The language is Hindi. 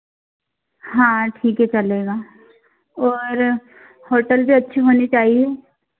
हाँ ठीक है चलेगा और होटल भी अच्छी होनी चाहिए